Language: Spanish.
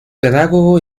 pedagogo